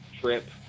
trip